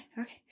Okay